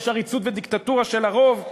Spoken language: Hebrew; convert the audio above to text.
יש עריצות ודיקטטורה של הרוב.